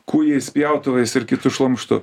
kūjais pjautuvais ir kitu šlamštu